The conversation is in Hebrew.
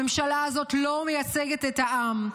הממשלה הזאת לא מייצגת את העם.